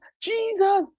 jesus